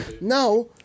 Now